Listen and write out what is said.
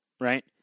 right